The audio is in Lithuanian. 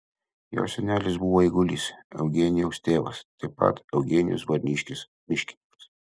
jo senelis buvo eigulys eugenijaus tėvas taip pat eugenijus barniškis miškininkas